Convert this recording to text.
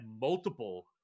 multiple